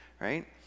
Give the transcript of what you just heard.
right